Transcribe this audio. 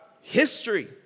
history